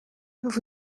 vous